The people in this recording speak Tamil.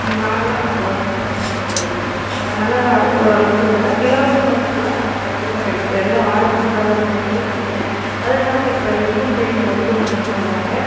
நான்லாம் கவர்ன்மெண்ட் ஹாஸ்பிட்டல்க்கு போயிடுறன் அதனால் ஓரளவுக்கு இதுனா இலவச மருந்துகள்லாம் கண்டிப்பாக கிடைக்குது எல்லா ஆரம்ப சுகாதார மையத்துலையும் கிடைக்குது அது இல்லாமல் இப்போ இல்லம் தேடி மருத்துவமனைன்னு வராங்க